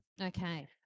Okay